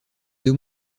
deux